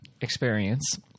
experience